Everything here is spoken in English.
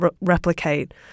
replicate